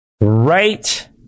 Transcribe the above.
Right